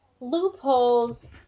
loopholes